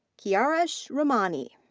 kiarash rahmani.